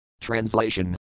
Translation